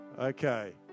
Okay